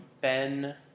Ben